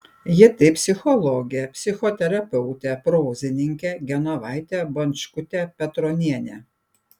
ji tai psichologė psichoterapeutė prozininkė genovaitė bončkutė petronienė